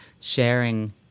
sharing